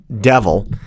devil